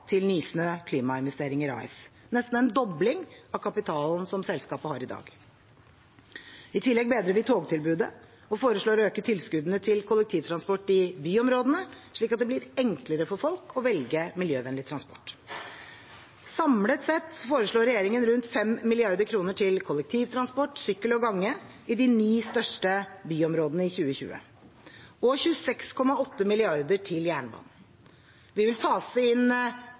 til Nysnø Klimainvesteringer AS – nesten en dobling av kapitalen selskapet har i dag. I tillegg bedrer vi togtilbudet og foreslår å øke tilskuddene til kollektivtransport i byområdene, slik at det blir enklere for folk å velge miljøvennlig transport. Samlet sett foreslår regjeringen rundt 5 mrd. kr til kollektivtransport, sykkel og gange i de ni største byområdene i 2020 og 26,8 mrd. kr til jernbanen. Vi vil fase inn